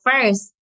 first